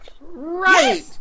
Right